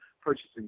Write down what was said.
purchasing